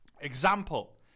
Example